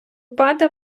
падав